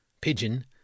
pigeon